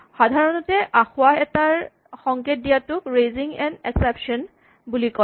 সাধাৰণতে আসোঁৱাহ এটাৰ সংকেত দিয়াটোক ৰেইজিং এন এক্সেপচন বুলি কয়